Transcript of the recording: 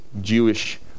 Jewish